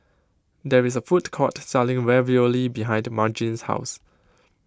there is a food court selling Ravioli behind Margene's house